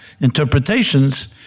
interpretations